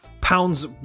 pounds